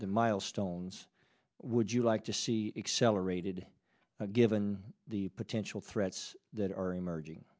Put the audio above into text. the milestones would you like to see accelerated given the potential threats that are emerging